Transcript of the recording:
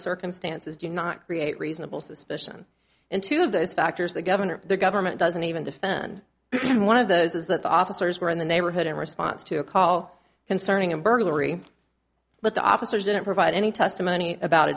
circumstances did not create reasonable suspicion in two of those factors the governor the government doesn't even defend one of those is that the officers were in the neighborhood in response to a call concerning a burglary but the officers didn't provide any testimony about a